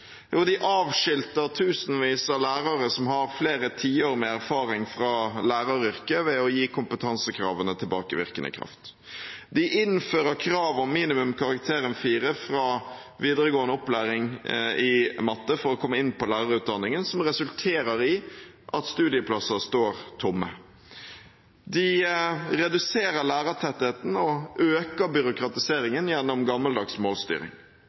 Jo, de avskilter tusenvis av lærere som har flere tiår med erfaring fra læreryrket ved å gi kompetansekravene tilbakevirkende krav. De innfører krav om minimumskarakteren 4 fra videregående opplæring i matte for komme inn på lærerutdanningen, som resulterer i at studieplasser står tomme. De reduserer lærertettheten og øker byråkratiseringen gjennom gammeldags målstyring.